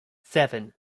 seven